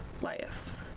life